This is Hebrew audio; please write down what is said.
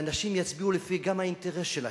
ואנשים יצביעו גם לפי האינטרס שלהם,